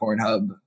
Pornhub